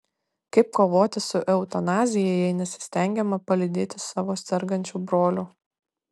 kaip kovoti su eutanazija jei nesistengiama palydėti savo sergančių brolių